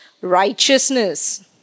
righteousness